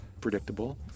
predictable